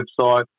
website